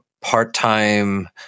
part-time